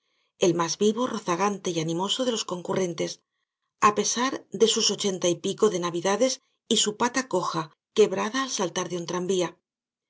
el más vivo rozagante y animoso de los concurrentes á pesar de sus ochenta y pico de navidades y su pata coja quebrada al saltar de un tranvía